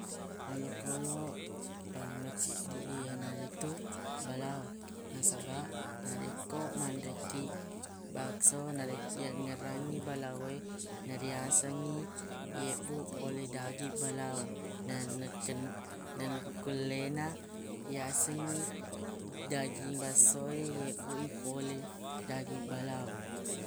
Olokoloq paling maciddi iyanaritu balao nasabaq narekko manre kiq bakso narek- yangngaerangngi balao e nariyasengngi yebbu pole dagi balao na- nekke- nengkullena yasengngi daging basso e yibbui pole dagi balao.